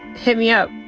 hit me up,